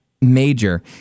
major